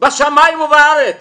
בשמים ובארץ